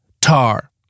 Tar